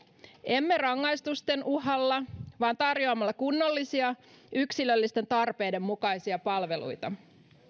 emme rangaistusten uhalla vaan tarjoamalla kunnollisia yksilöllisten tarpeiden mukaisia palveluita myös